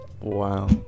Wow